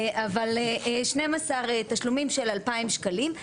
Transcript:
אבל 12 תשלומים של 2,000 שקלים,